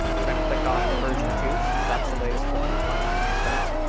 we're going to click on version two, since that's the latest one. why not use that?